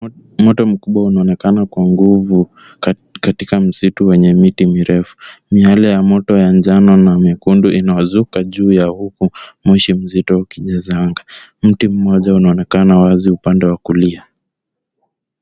Moto mkubwa unaonekana kwa nguvu kana kwa nguvu katika msitu wenye miti mirefu. Miale ya moto ya njano na mekundu inawazuka juu ya huku, moshi mzito wa kijazanga. Mti mmoja una onekana wazi upande wa kulia.